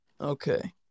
Okay